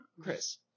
Chris